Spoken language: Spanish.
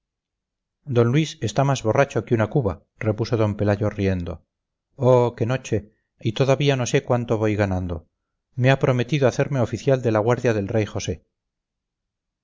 d luis está más borracho que una cuba repuso d pelayo riendo oh qué noche y todavía no sé cuánto voy ganando me ha prometido hacerme oficial de la guardia del rey josé